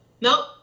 Nope